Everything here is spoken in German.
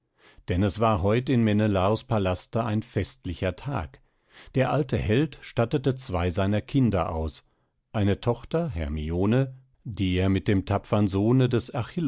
denn es war heut in menelaos palaste ein festlicher tag der alte held stattete zwei seiner kinder aus eine tochter hermione die er mit dem tapfern sohne des